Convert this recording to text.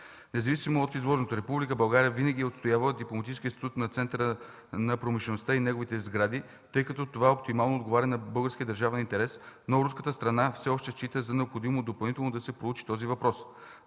Независимо от изложеното, Република България винаги е отстоявала дипломатическия статут на Центъра на промишлеността и неговите сгради, тъй като това оптимално отговаря на българския държавен интерес, но руската страна все още счита за необходимо допълнително да се проучи този въпрос.